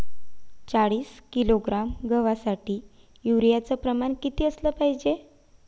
चाळीस किलोग्रॅम गवासाठी यूरिया च प्रमान किती असलं पायजे?